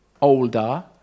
older